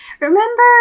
remember